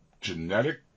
genetic